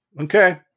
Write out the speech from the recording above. Okay